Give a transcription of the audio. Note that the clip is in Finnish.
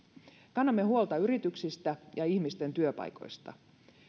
kannamme huolta yrityksistä ja ihmisten työpaikoista